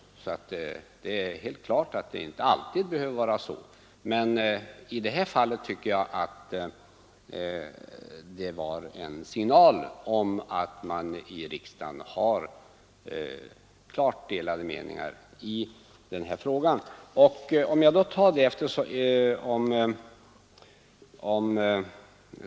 Det är helt uppenbart att det inte alltid behöver vara så, men i det här fallet tycker jag att det var en signal om att man i riksdagen har klart delade meningar i denna fråga.